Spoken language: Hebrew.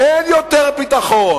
אין יותר ביטחון,